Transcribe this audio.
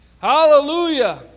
Hallelujah